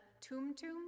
tumtum